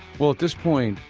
well, at this point,